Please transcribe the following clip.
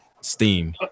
Steam